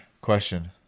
question